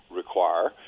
require